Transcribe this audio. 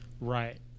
Right